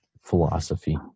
philosophy